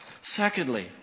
Secondly